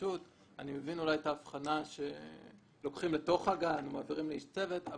מבין אולי את ההבחנה שלוקחים לתוך הגן ומעבירים לאיש צוות,